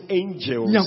angels